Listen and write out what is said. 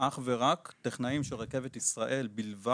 אך ורק טכנאים של רכבת ישראל בלבד,